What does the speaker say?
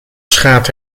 schaadt